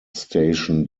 station